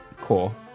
cool